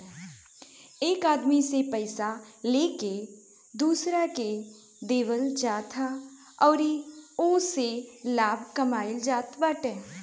एक आदमी से पइया लेके दोसरा के देवल जात ह अउरी ओसे लाभ कमाइल जात बाटे